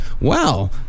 Wow